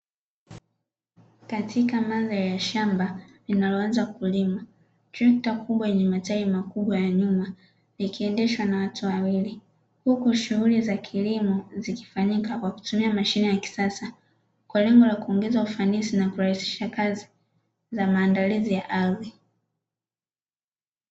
Katika mandhari ya shamba linaloanza kulimwa, trekta kubwa yenye matairi makubwa ya nyuma, ikiendeshwa na watu wawili huku shughuli za kilimo zikifanyika kwa kutumia mashine ya kisasa, kwa lengo la kuongeza ufanisi na kurahisisha kazi za maandalizi ya ardhi.